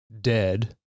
dead